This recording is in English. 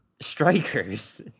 strikers